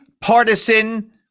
Partisan